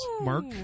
mark